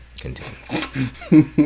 Continue